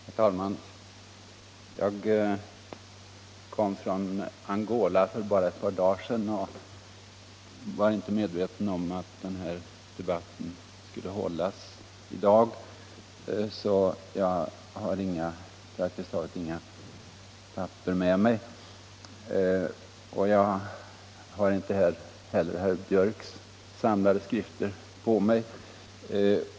Herr talman! Jag kom från Angola för bara ett par dagar sedan och var inte medveten om att den här debatten skulle hållas i dag. Därför har jag praktiskt taget inga papper med mig och jag har inte heller herr Björcks i Nässjö samlade skrifter på mig.